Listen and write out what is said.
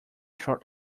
short